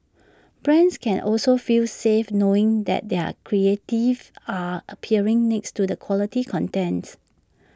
brands can also feel safe knowing that their creatives are appearing next to the quality contents